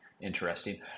interesting